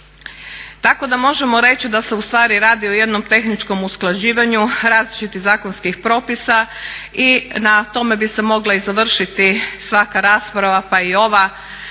Tako da možemo reći da se ustvari radi o jednom tehničkom usklađivanju različitih zakonskih propisa i na tome bi se mogla i završiti svaka rasprava pa i ova,